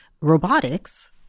robotics